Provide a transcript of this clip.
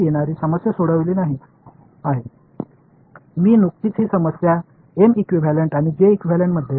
நான் உண்மையில் சிக்கலை தீர்க்கவில்லை நான் பிரச்சினையை M இகுவெளன்ட் மற்றும் J இகுவெளன்ட் ஆக மாற்றியுள்ளேன்